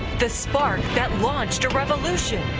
the spark that launched a revolution.